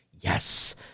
Yes